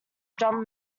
drum